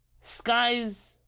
Skies